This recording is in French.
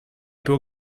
peut